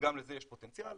וגם לזה יש פוטנציאל,